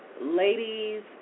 Ladies